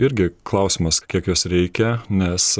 irgi klausimas kiek jos reikia nes